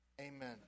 Amen